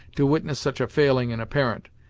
to witness such a failing in a parent,